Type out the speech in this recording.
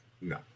No